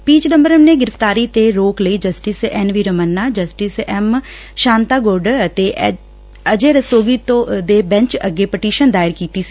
ਪੀ ਚਿਦੰਬਰਮ ਨੇ ਗ੍ਰਿਫ਼ਤਾਰੀ ਤੇ ਰੋਕ ਲਈ justice N V Ramana justice M Shantanagoudar ਅਤੇ ਅਜੈ ਰਸਤੋਗੀ ਦੇ ਬੈਂਚ ਅੱਗੇ ਪਟੀਸ਼ਨ ਦਾਇਰ ਕੀਤੀ ਸੀ